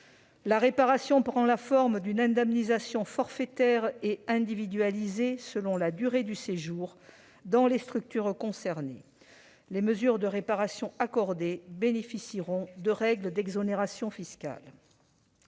La réparation prend la forme d'une indemnisation forfaitaire et individualisée selon la durée du séjour dans les structures concernées. Les mesures de réparation accordées bénéficieront de règles d'exonération fiscale.